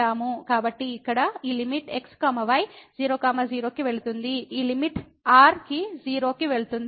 కాబట్టి ఇక్కడ ఈ లిమిట్ x y 00 కి వెళుతుంది ఈ లిమిట్ r కి 0 కి వెళుతుంది